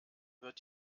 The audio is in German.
wird